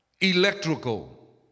Electrical